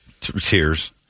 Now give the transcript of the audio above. tears